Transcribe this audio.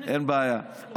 אין בעיה.